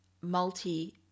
multi